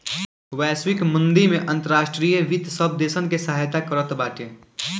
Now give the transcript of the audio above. वैश्विक मंदी में अंतर्राष्ट्रीय वित्त सब देसन के सहायता करत बाटे